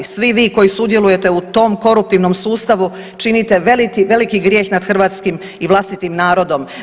Svi vi koji sudjelujete u tom koruptivnom sustavu činite veliki grijeh nad hrvatskim i vlastitim narodom.